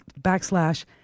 backslash